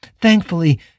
Thankfully